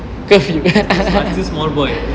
I still small boy you know